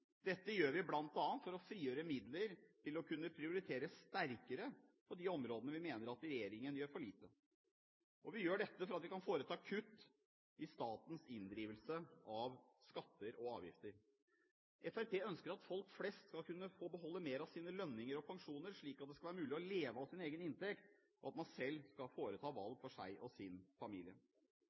Dette gjør vi bl.a. for å frigjøre midler til å kunne prioritere sterkere på de områder vi mener at regjeringen gjør for lite. Og vi gjør dette for at vi kan foreta kutt i statens inndrivelse av skatter og avgifter. Fremskrittspartiet ønsker at folk flest skal få beholde mer av sine lønninger og pensjoner, slik at det skal være mulig å leve av egen inntekt, og at man selv skal foreta valg for seg og sin familie.